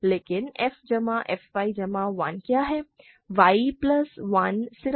लेकिन f जमा f y जमा 1 क्या है